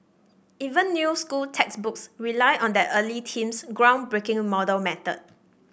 even new school textbooks rely on that early team's groundbreaking model method